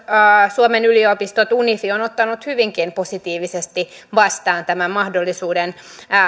suomen yliopistot unifi ovat ottaneet hyvinkin positiivisesti vastaan tämän mahdollisuuden